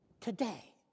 today